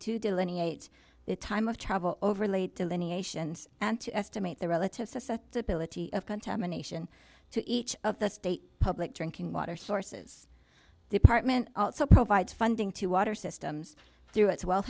to delineate the time of travel overlay delineations and to estimate the relative susceptibility of contamination to each of the state public drinking water sources department also provides funding to water systems through its well